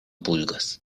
pulgas